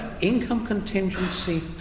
Income-contingency